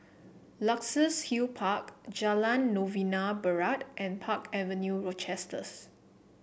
Luxus Hill Park Jalan Novena Barat and Park Avenue Rochester